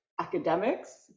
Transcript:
academics